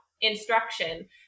instruction